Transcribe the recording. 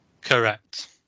Correct